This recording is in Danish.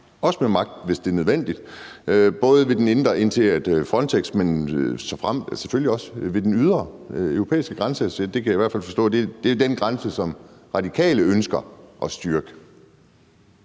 også med magt, hvis det er nødvendigt, både ved den indre, indtil Frontex, men såfremt selvfølgelig også ved den ydre europæiske grænse. Det kan jeg i hvert fald forstå er den grænse, som Radikale ønsker at styrke.